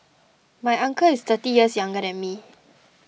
my uncle is thirty years younger than me